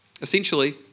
Essentially